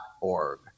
org